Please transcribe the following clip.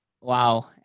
wow